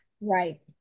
Right